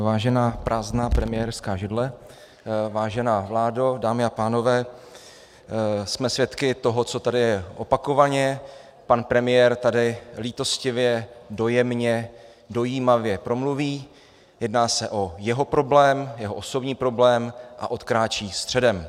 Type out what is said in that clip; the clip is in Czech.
Vážená prázdná premiérská židle, vážená vládo, dámy a pánové, jsme svědky toho, co tady opakovaně pan premiér tedy lítostivě, dojemně, dojímavě promluví, jedná se o jeho problém, jeho osobní problém, a odkráčí středem.